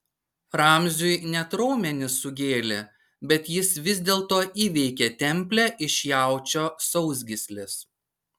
ramziui net raumenis sugėlė bet jis vis dėlto įveikė templę iš jaučio sausgyslės